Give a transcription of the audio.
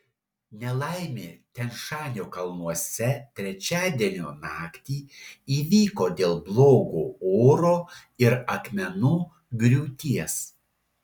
nelaimė tian šanio kalnuose trečiadienio naktį įvyko dėl blogo oro ir akmenų griūties